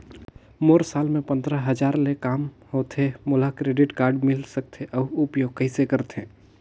मोर साल मे पंद्रह हजार ले काम होथे मोला क्रेडिट कारड मिल सकथे? अउ उपयोग कइसे करथे?